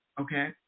Okay